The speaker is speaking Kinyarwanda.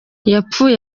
yapfuye